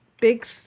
big